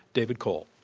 david cole.